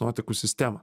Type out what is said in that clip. nuotekų sistemą